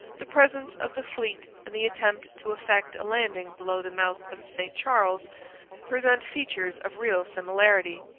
the presence of the fleet and the attempt to effect a landing below the mouth of the st charles present features of real similarity.